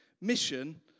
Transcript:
mission